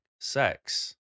sex